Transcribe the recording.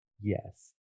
yes